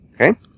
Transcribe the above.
Okay